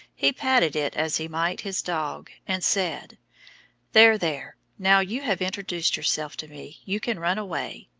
he patted it as he might his dog, and said there, there! now you have introduced yourself to me, you can run away.